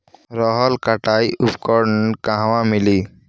रहर कटाई उपकरण कहवा मिली?